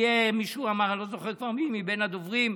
מישהו אמר, אני כבר לא זוכר מי מבין הדוברים: